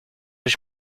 ich